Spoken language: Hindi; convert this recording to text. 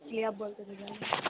ई आब बोलतै तो जाएंगे